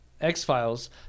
X-Files